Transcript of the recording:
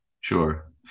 Sure